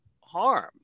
harm